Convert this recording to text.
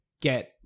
get